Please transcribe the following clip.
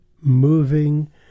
moving